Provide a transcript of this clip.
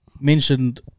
mentioned